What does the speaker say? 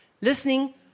listening